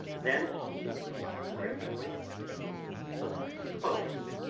then gradually her eyes closed,